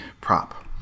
prop